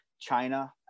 China